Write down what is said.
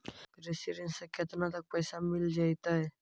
कृषि ऋण से केतना तक पैसा मिल जइतै?